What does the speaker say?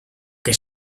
que